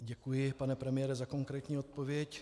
Děkuji, pane premiére, za konkrétní odpověď.